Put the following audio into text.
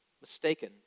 mistaken